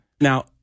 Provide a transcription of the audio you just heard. Now